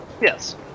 yes